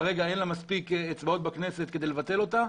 כרגע אין מספיק אצבעות בכנסת כדי לבטל אותה,